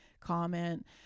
comment